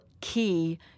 key